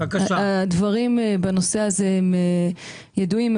הדברים בנושא הזה ידועים,